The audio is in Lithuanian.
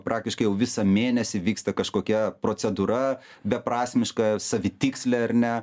praktiškai jau visą mėnesį vyksta kažkokia procedūra beprasmiška savitikslė ar ne